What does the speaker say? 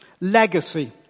Legacy